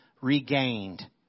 regained